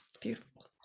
beautiful